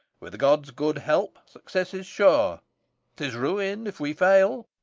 with the god's good help success is sure tis ruin if we fail.